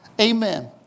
Amen